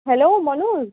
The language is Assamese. হেল্ল' মনোজ